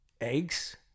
eggs